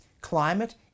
Climate